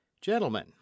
Gentlemen